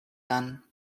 done